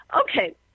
Okay